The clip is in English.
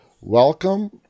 Welcome